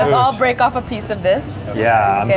um all break off a piece of this. yeah, i'm yeah